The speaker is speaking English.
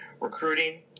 recruiting